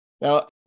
Now